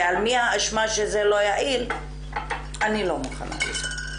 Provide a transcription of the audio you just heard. ועל מי האשמה שזה לא יעיל אני לא מוכנה לזה.